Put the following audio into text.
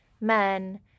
men